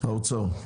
נציג האוצר.